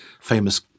famous